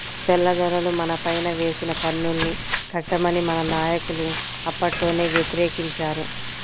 తెల్లదొరలు మనపైన వేసిన పన్నుల్ని కట్టమని మన నాయకులు అప్పట్లోనే వ్యతిరేకించారు